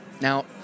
Now